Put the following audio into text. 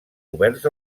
oberts